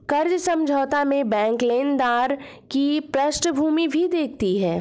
कर्ज समझौता में बैंक लेनदार की पृष्ठभूमि भी देखती है